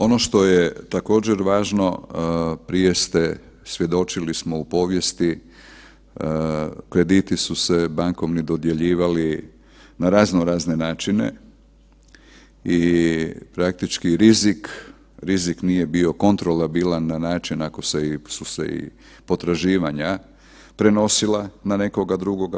Ono što je također važno prije ste svjedočili smo u povijesti krediti su se bankovni dodjeljivali na raznorazne načine i praktički rizik nije bio kontrolabilan na način ako su se i potraživanja prenosila na nekoga drugoga.